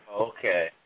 Okay